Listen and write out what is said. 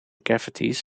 cavities